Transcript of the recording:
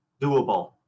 doable